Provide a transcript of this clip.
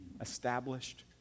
established